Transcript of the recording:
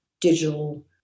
digital